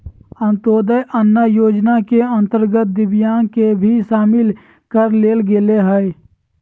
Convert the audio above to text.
अंत्योदय अन्न योजना के अंतर्गत दिव्यांग के भी शामिल कर लेल गेलय हइ